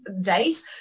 days